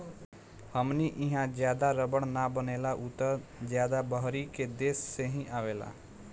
हमनी इहा ज्यादा रबड़ ना बनेला उ त ज्यादा बहरी के देश से ही आवेला